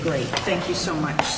great thank you so much